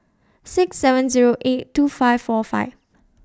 six seven Zero eight two five four five